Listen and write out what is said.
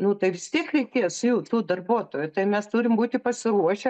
nu tai vis tiek reikės jų tų darbuotojų tai mes turim būti pasiruošę